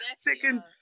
Second